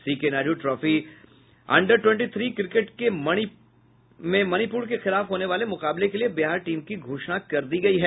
C K Naidu trophy under twenty three cricket में मणिपुर के खिलाफ होने वाले मुकाबले के लिए बिहार टीम की घोषणा कर दी गयी है